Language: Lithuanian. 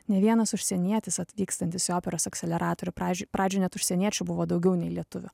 ne vienas užsienietis atvykstantis į operos akseleratorių pradžioj pradžioj net užsieniečių buvo daugiau nei lietuvių